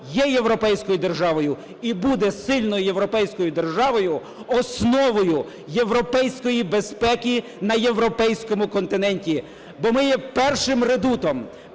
є європейською державою і буде сильною європейською державою, основою європейської безпеки на європейському континенті. Бо ми є першим редутом,